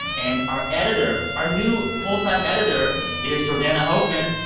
and our editor our new full-time editor is jordana hochman.